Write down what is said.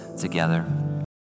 together